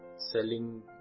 Selling